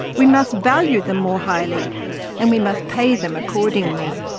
we must value them more highly and we must pay them accordingly.